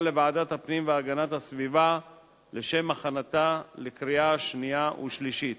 לוועדת הפנים והגנת הסביבה לשם הכנתה לקריאה שנייה ושלישית.